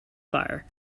fire